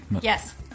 Yes